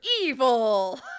evil